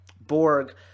Borg